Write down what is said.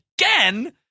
again